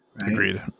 Agreed